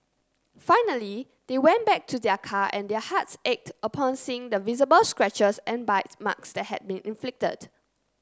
finally they went back to their car and their hearts ached upon seeing the visible scratches and bite marks that had been inflicted